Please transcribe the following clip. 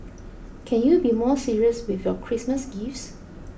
can you be more serious with your Christmas gifts